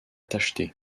tacheté